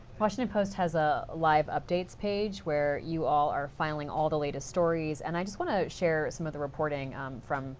washington post has a live updates page where you all are filing all the latest stories, and i just want to share some of the reporting from